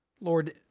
Lord